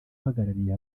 uhagarariye